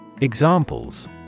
Examples